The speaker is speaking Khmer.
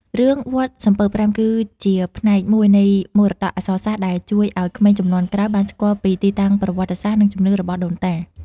រឿង «វត្តសំពៅប្រាំ» គឺជាផ្នែកមួយនៃមរតកអក្សរសាស្ត្រដែលជួយឱ្យក្មេងជំនាន់ក្រោយបានស្គាល់ពីទីតាំងប្រវត្តិសាស្រ្ត និងជំនឿរបស់ដូនតា។